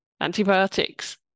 antibiotics